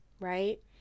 right